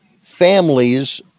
families